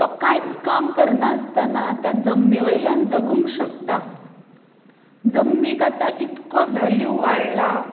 तो कांयच काम करनासतना त्या जमनी वयल्यान जगूंक शकता जमनीक आतां इतको वेल्यू वाडला